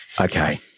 okay